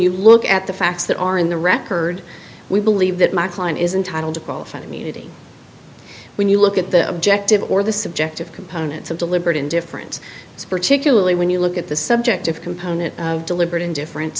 you look at the facts that are in the record we believe that my client is entitled to qualified immunity when you look at the objective or the subjective components of deliberate indifference particularly when you look at the subjective component deliberate indifferen